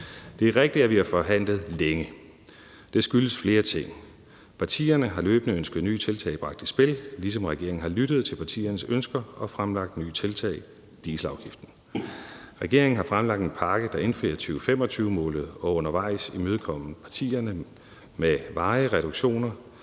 Det er rigtigt, at vi har forhandlet længe, og det skyldes flere ting. Partierne har løbende ønsket nye tiltag bragt i spil, ligesom regeringen har lyttet til partiernes ønsker og fremlagt nye tiltag, bl.a. dieselafgiften. Regeringen har fremlagt en pakke, der indfrier 2025-målet, og har undervejs imødekommet partierne med varige reduktioner.